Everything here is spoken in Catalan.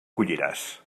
colliràs